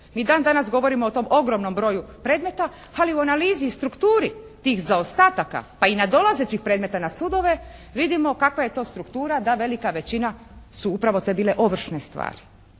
Mi dan danas govorimo o tom ogromnom broju predmeta, ali u analizi i strukturi tih zaostataka, pa i nadolazećih predmeta na sudove vidimo kakva je to struktura da velika većina su upravo bile te ovršne stvari.